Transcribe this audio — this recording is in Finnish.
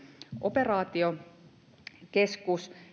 operaatiokeskus